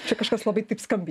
čia kažkas labai taip skambiai